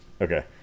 Okay